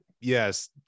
Yes